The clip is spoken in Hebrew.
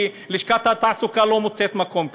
כי לשכת התעסוקה לא מוצאת מקום כזה.